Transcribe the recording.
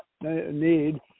need